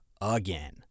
again